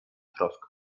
trosk